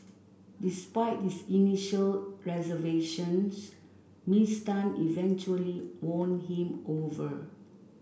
despite his initial reservations Miss Tan eventually won him over